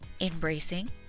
embracing